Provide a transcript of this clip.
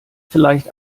vielleicht